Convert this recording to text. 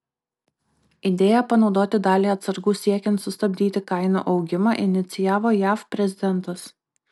idėją panaudoti dalį atsargų siekiant sustabdyti kainų augimą inicijavo jav prezidentas